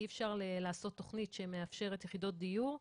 אי אפשר לעשות תכנית שמאפשרת יחידות דיור ולומר: